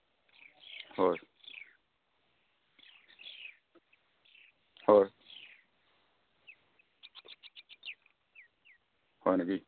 হয় হয় হয় নেকি